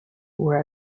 were